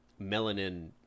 melanin